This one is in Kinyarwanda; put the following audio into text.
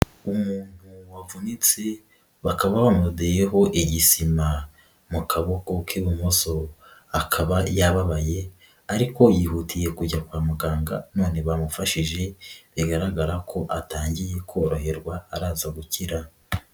Umuntu wavunitse bakaba bamudodeyeho igisima mu kaboko k'ibumoso, akaba yababaye ariko yihutiye kujya kwa muganga none bamufashije bigaragara ko atangiye koroherwa araza gukira.